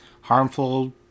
harmful